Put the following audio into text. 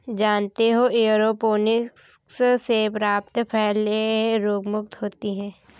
जानते हो एयरोपोनिक्स से प्राप्त फलें रोगमुक्त होती हैं